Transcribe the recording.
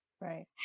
Right